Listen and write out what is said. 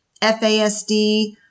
FASD